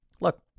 Look